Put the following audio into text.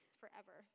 forever